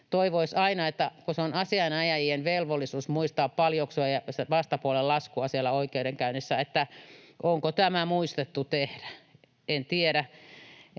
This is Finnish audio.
toivoisi aina, että kun se on asianajajien velvollisuus muistaa paljoksua sen vastapuolen laskua siellä oikeudenkäynnissä, niin onko tämä muistettu tehdä. En tiedä.